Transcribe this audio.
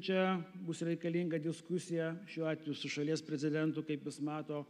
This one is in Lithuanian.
čia bus reikalinga diskusija šiuo atveju su šalies prezidentu kaip jis mato